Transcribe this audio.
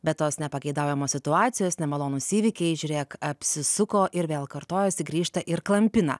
bet tos nepageidaujamos situacijos nemalonūs įvykiai žiūrėk apsisuko ir vėl kartojasi grįžta ir klampina